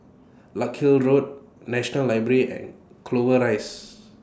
Larkhill Road National Library and Clover Rise